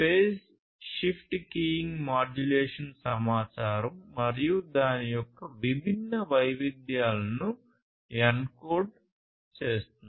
Phase shift keying modulation సమాచారం మరియు దాని యొక్క విభిన్న వైవిధ్యాలను ఎన్కోడ్ చేస్తుంది